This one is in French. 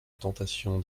tentation